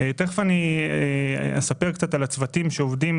תכף אני אספר קצת על הצוותים שעובדים